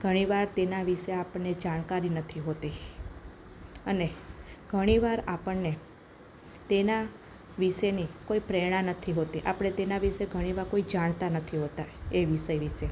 ઘણીવાર તેના વિશે આપણને જાણકારી નથી હોતી અને ઘણીવાર આપણને તેના વિષેની કોઈ પ્રેરણા નથી હોતી આપણે તેના વિષે ઘણીવાર કોઈ જાણતા નથી હોતા એ વિષય વિષે